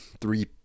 three